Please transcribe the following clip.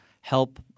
help